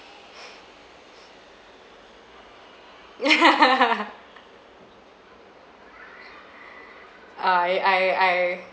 oh ya I I